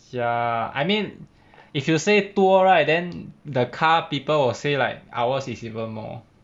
ya I mean if you will say 多 right then the car people will say like ours is even more